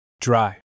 dry